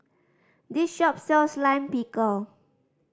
this shop sells Lime Pickle